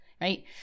right